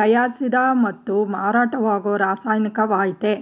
ತಯಾರಿಸಿದ ಮತ್ತು ಮಾರಾಟವಾಗೋ ರಾಸಾಯನಿಕವಾಗಯ್ತೆ